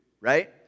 right